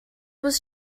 was